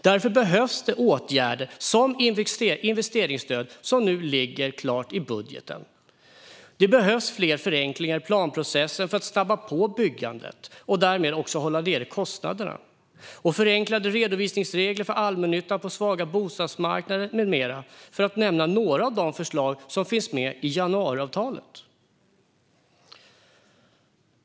Därför behövs åtgärder som investeringsstödet, som nu ligger klart i budgeten, fler förenklingar i planprocessen för att snabba på byggandet och därmed hålla nere kostnaderna, förenklade redovisningsregler för allmännyttan på svaga bostadsmarknader med mera - för att nämna några av de förslag som finns med i januariavtalet.